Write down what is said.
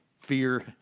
fear